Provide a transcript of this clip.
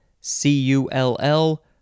c-u-l-l